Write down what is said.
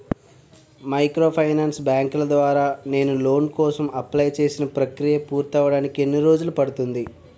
Microfinance బ్యాంకుల ద్వారా నేను లోన్ కోసం అప్లయ్ చేసిన ప్రక్రియ పూర్తవడానికి ఎన్ని రోజులు పడుతుంది?